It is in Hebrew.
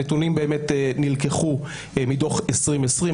הנתונים באמת נלקחו מתוך 2020,